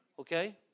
Okay